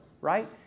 right